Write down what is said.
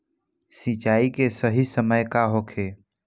सिंचाई के सही समय का होखे?